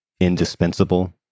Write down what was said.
indispensable